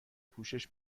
پوشش